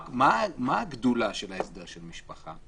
מה הגדולה של ההסדר של דיני משפחה?